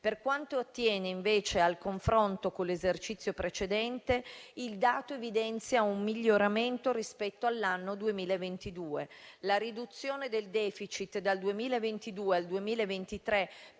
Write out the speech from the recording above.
Per quanto attiene, invece, al confronto con l'esercizio precedente, il dato evidenzia un miglioramento rispetto all'anno 2022. La riduzione del *deficit* dal 2022 al 2023,